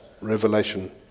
revelation